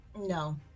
No